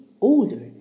older